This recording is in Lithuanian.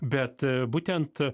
bet būtent